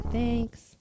Thanks